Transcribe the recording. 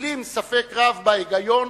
מטילים ספק רב בהיגיון